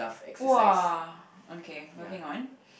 !wah! okay moving on